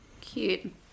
Cute